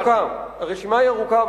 הרשימה היא ארוכה,